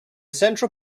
central